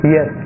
Yes